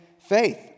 faith